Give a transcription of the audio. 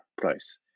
price